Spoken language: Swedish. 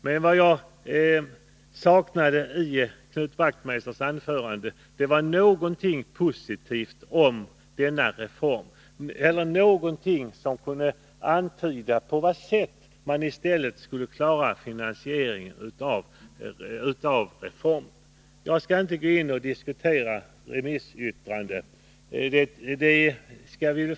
Men vad jag saknade i Knut Wachtmeisters anförande var någonting positivt om denna reform eller någonting som kunde antyda på vad sätt man i stället skulle klara finansieringen av reformen. Jag skall inte nu diskutera remissyttranden.